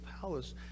palace